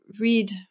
read